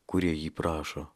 kurie jį prašo